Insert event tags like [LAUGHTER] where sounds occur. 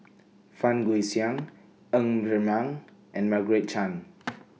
Fang Guixiang Ng Ser Miang and Margaret Chan [NOISE]